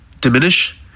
diminish